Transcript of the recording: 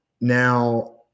now